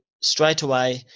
straightaway